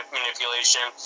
manipulation